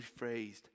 rephrased